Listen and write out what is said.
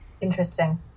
Interesting